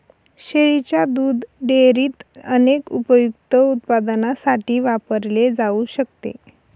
शेळीच्या दुध डेअरीत अनेक उपयुक्त उत्पादनांसाठी वापरले जाऊ शकते